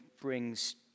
brings